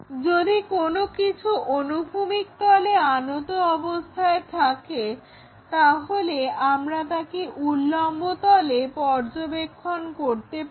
যদি কোনোকিছু অনুভূমিক তলে আনত অবস্থায় থাকে তাহলে আমরা তাকে উল্লম্ব তলে পর্যবেক্ষণ করতে পারি